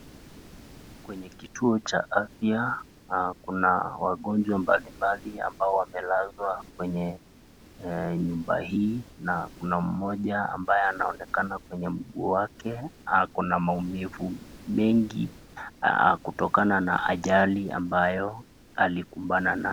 Kwenye kituo cha afya kuna wagonjwa mbalimbali ambao wamelazwa kwenye nyumba hii na kuna mmoja ambaye anaonekana kwenye mguu wake ako na maumivu mingi kutokana na ajali ambayo alikumbana nayo.